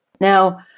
Now